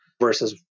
versus